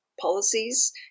policies